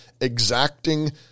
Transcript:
exacting